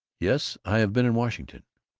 yes, i've been in washington.